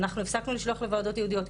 אנחנו הפסקנו לשלוח לוועדות הייעודיות,